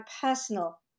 personal